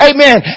Amen